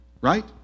right